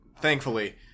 thankfully